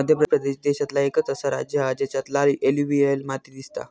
मध्य प्रदेश देशांतला एकंच असा राज्य हा जेच्यात लाल एलुवियल माती दिसता